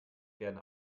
werden